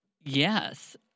yes